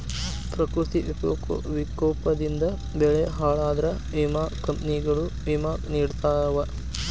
ಪ್ರಕೃತಿ ವಿಕೋಪದಿಂದ ಬೆಳೆ ಹಾಳಾದ್ರ ವಿಮಾ ಕಂಪ್ನಿಗಳು ವಿಮಾ ನಿಡತಾವ